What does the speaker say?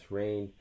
rain